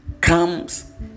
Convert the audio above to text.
comes